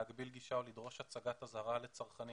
להגביל גישה או לדרוש הצגת אזהרה לצרכנים